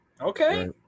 Okay